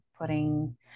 putting